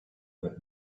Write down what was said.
about